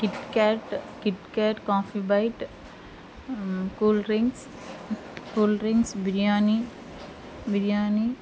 KitKat KitKat coffee bite cool drinks cool drinks biryani biryani